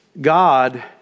God